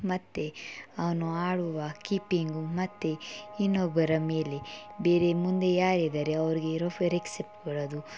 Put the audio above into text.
ಮತ್ತು ಅವನು ಆಡುವ ಕೀಪಿಂಗು ಮತ್ತು ಇನ್ನೊಬ್ಬರ ಮೇಲೆ ಬೇರೆ ಮುಂದೆ ಯಾರು ಇದ್ದಾರೆ ಅವ್ರಿಗೆ ಇರೋ ಕೊಡೋದು